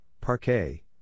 Parquet